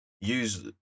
use